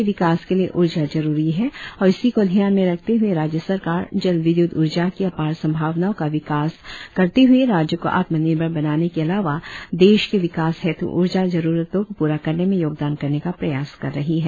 उन्होंने कहा कि विकास के लिए ऊर्जा जरुरी है और इसी को ध्यान में रखते हए राज्य सरकार जल विद्य्त ऊर्जा की अपार संभावनाओं का विकास करते ह्ए राज्य को आत्म निर्भर बनाने के अलावा देश के विकास हेत् ऊर्जा जरुरतों को पूरा करने में योगदान करने का प्रयास कर रही है